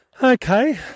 Okay